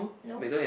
no